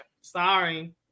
Sorry